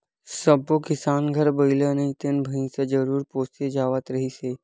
सब्बो किसान घर बइला नइ ते भइसा जरूर पोसे जावत रिहिस हे